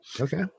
Okay